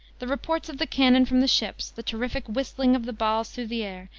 the reports of the cannon from the ships, the terrific whistling of the balls through the air,